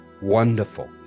wonderful